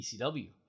ECW